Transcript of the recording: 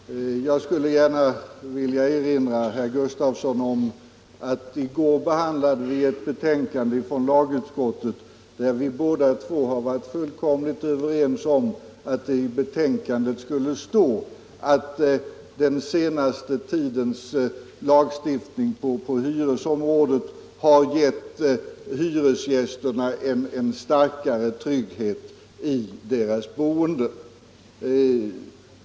Herr talman! Jag skulle gärna vilja erinra herr Gustafsson i Stockholm att i går behandlades ett betänkande från lagutskottet där vi båda två har varit fullkomligt överens om att det skulle stå att den senaste tidens lagstiftning på hyresområdet har gett hyresgästerna en starkare trygghet i deras boende.